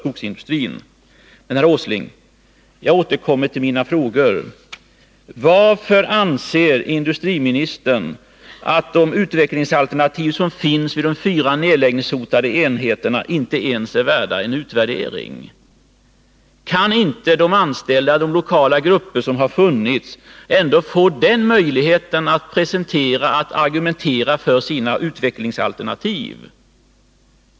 Men, herr Åsling, jag återkommer till mina frågor: Varför anser industriministern att de utvecklingsalternativ som finns vid de fyra nedläggningshotade enheterna inte ens är värda en utvärdering? Kan inte de anställda och de lokala grupper som har funnits ändå få möjligheten att argumentera för sina utvecklingsalternativ?